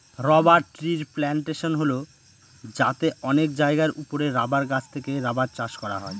rubber ট্রির plantation হল যাতে অনেক জায়গার ওপরে রাবার গাছ থেকে রাবার চাষ করা হয়